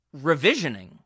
revisioning